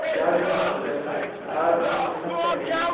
زیادٕ مہٕ حظ چھُس گَژھان بازرٕ چھُ اَمہِ نِش سَستے میلان